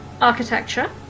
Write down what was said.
architecture